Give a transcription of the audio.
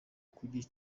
kugira